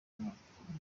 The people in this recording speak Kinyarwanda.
mwaka